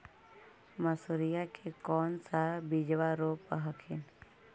मसुरिया के कौन सा बिजबा रोप हखिन?